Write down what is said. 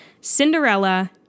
Cinderella